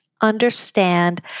understand